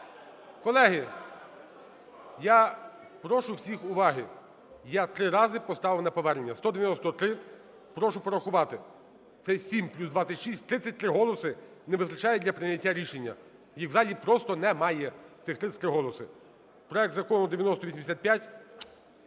Колеги, я прошу всіх уваги. Я три рази поставив на повернення – 193, прошу порахувати. Це 7 плюс 26 – 33 голоси не вистачає для прийняття рішення. Їх в залі просто немає, цих 33 голоси. Проект Закону 9085